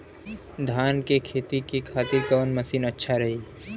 धान के खेती के खातिर कवन मशीन अच्छा रही?